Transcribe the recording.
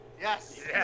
Yes